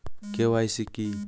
KYC কি?